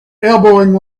elbowing